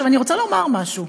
אני רוצה לומר משהו: